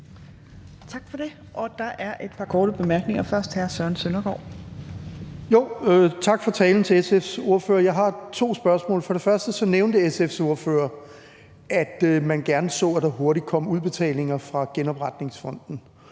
Tak for det. Der er et par korte bemærkninger. Først er det hr. Søren Søndergaard. Kl. 17:55 Søren Søndergaard (EL): Tak til SF's ordfører for talen. Jeg har to spørgsmål. For det første nævnte SF's ordfører, at man gerne så, at der hurtigt kom udbetalinger fra genopretningsfonden.